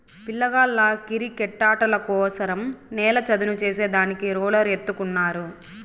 పిల్లగాళ్ళ కిరికెట్టాటల కోసరం నేల చదును చేసే దానికి రోలర్ ఎత్తుకున్నారు